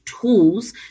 tools